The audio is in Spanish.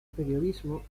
periodismo